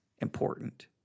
important